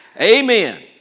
Amen